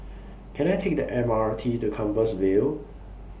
Can I Take The M R T to Compassvale